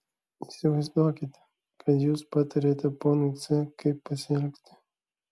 įsivaizduokite kad jūs patariate ponui c kaip pasielgti